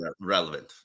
relevant